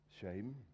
shame